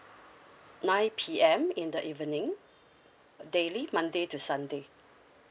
nine P_M in the evening daily monday to sunday